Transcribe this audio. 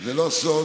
זה לא סוד